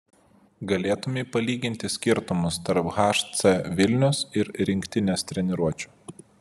galėtumei palyginti skirtumus tarp hc vilnius ir rinktinės treniruočių